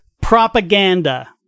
propaganda